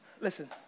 Listen